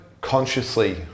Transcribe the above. consciously